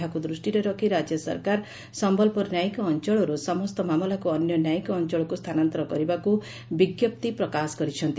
ଏହାକୁ ଦୃଷ୍ଟିରେ ରଖ୍ ରାଜ୍ୟ ସରକାର ସମ୍ଭଲପୁର ନ୍ୟାୟିକ ଅଞ୍ଚଳରୁ ସମସ୍ତ ମାମଲାକୁ ଅନ୍ୟ ନ୍ୟାୟିକ ଅଞ୍ଚଳକୁ ସ୍ତାନାନ୍ତର କରିବାକୁ ବିଙ୍କପ୍ତି ପ୍ରକାଶ କରିଛନ୍ତି